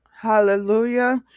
hallelujah